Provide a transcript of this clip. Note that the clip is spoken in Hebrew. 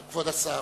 כבוד השר.